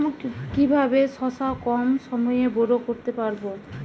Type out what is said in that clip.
কিভাবে শশা কম সময়ে বড় করতে পারব?